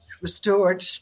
restored